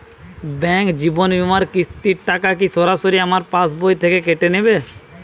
Bank জীবন বিমার কিস্তির টাকা কি সরাসরি আমার পাশ বই থেকে কেটে নিবে?